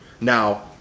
Now